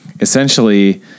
essentially